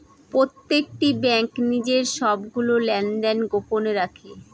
প্রত্যেকটি ব্যাঙ্ক নিজের সবগুলো লেনদেন গোপন রাখে